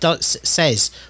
says